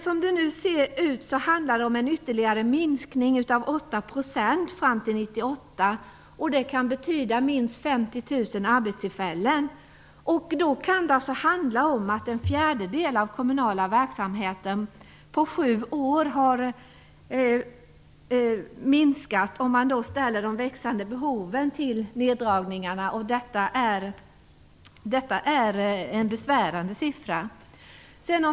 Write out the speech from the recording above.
Som det ser ut nu handlar det om en minskning med ytterligare 8 % fram till 1998. Det kan betyda minst 50 000 arbetstillfällen. Det handlar om att en fjärdedel av den kommunala verksamheten försvunnit på sju år, om man ställer de växande behoven i förhållande till neddragningarna. Det är en besvärande siffra.